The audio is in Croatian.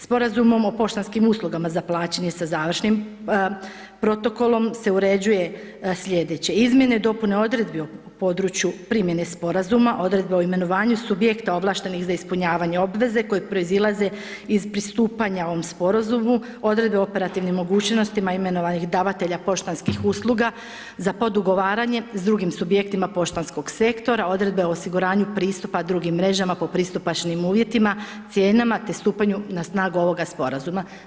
Sporazumom o poštanskim uslugama za plaćanje sa završnim protokolom se uređuje slijedeće: izmjene i dopune odredbi o području primjene sporazuma, odredbe o imenovanju subjekta ovlaštenih za ispunjavanje obveze koje proizilaze iz pristupanja ovom sporazumu, odredbe o operativnim mogućnostima imenovanih davatelja poštanskih usluga za podugovaranje s drugim subjektima poštanskog sektora, odredbe o osiguranju pristupa drugim mrežama po pristupačnim uvjetima, cijenama te stupanja na snagu ovoga sporazuma.